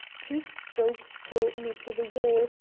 two strokes brought me to the yawl,